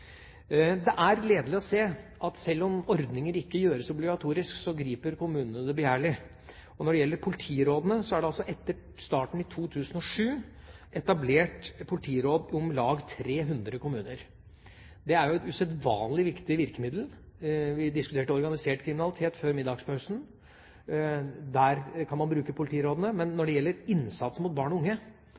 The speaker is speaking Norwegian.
Det er gledelig å se at selv om ordninger ikke gjøres obligatoriske, griper kommunene det begjærlig. Og når det gjelder politirådene, er det, etter starten i 2007, etablert politiråd i om lag 300 kommuner. Det er et usedvanlig viktig virkemiddel. Vi diskuterte organisert kriminalitet før middagspausen. Der kan man bruke politirådene, men når det gjelder innsats mot barn og unge,